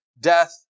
death